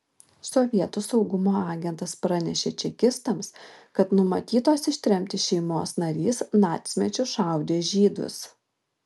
sovietų saugumo agentas pranešė čekistams kad numatytos ištremti šeimos narys nacmečiu šaudė žydus